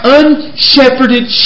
unshepherded